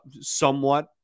somewhat